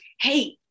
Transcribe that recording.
hey